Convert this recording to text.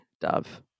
dove